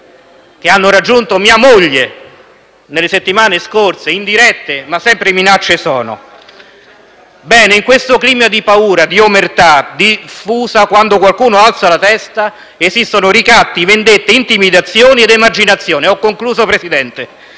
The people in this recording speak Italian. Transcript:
che hanno raggiunto mia moglie nelle settimane scorse (indirette, ma sempre minacce sono). Bene, in questo clima di paura e di omertà diffusa quando qualcuno alza la testa, esistono ricatti, vendette, intimidazioni ed emarginazione, *modus operandi*